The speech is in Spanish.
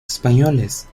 españoles